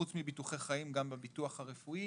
חוץ מביטוחי חיים גם בביטוח הרפואי